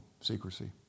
secrecy